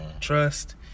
trust